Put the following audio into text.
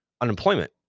unemployment